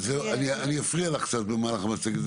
אפריע לך קצת במהלך המצגת.